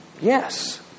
Yes